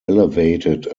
elevated